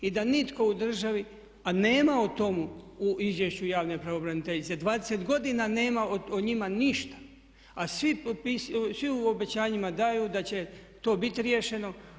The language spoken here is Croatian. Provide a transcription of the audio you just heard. I da nitko u državi, a nema o tome u izvješću javne pravobraniteljice, 20 godina nema o njima ništa a svi u obećanjima daju da će to biti riješeno.